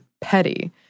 petty